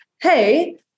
hey